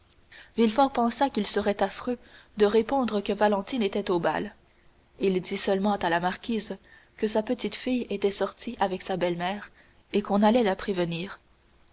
villefort pensa qu'il serait affreux de répondre que valentine était au bal il dit seulement à la marquise que sa petite-fille était sortie avec sa belle-mère et qu'on allait la prévenir